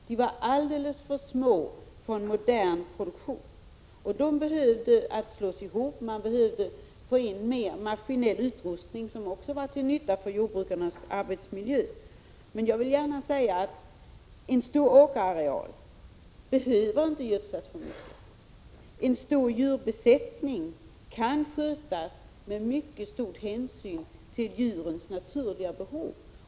De var alldeles för små för en modern produktion, och de behövde slås ihop. Man behövde få in mer maskinell utrustning, som också var till nytta för jordbrukarnas arbetsmiljö. Men en stor åkerareal behöver inte gödslas så mycket. En stor djurbesättning kan skötas med mycket stor hänsyn till djurens naturliga behov.